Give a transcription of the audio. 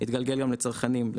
יתגלגל גם לצרכנים.